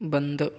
बंद